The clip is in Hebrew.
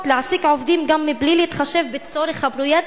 להעסיק עובדים גם מבלי להתחשב בצורך הפרויקט,